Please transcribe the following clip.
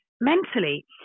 mentally